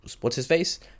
what's-his-face